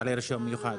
בעלי רישיון מיוחד?